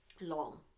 Long